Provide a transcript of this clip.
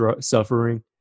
suffering